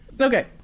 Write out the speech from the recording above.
Okay